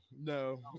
No